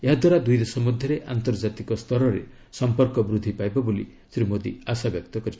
ଏହାଦ୍ୱାରା ଦୁଇଦେଶ ମଧ୍ୟରେ ଆନ୍ତର୍ଜାତିକ ସ୍ତରରେ ସମ୍ପର୍କ ବୃଦ୍ଧି ପାଇବ ବୋଲି ଶ୍ରୀ ମୋଦୀ ଆଶାବ୍ୟକ୍ତ କରିଛନ୍ତି